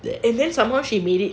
and then some more she made